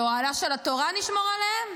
באוהלה של התורה נשמור עליהם?